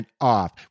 off